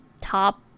top